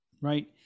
right